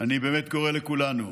אני באמת קורא לכולנו,